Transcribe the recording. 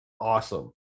awesome